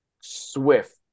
swift